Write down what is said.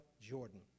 Jordan